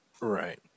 right